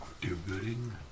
Do-gooding